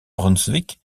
brunswick